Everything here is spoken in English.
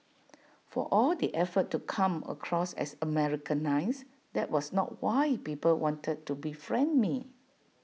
for all the effort to come across as Americanised that was not why people wanted to befriend me